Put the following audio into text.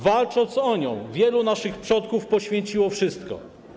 Walcząc o nią, wielu naszych przodków poświęciło wszystko.